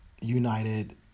united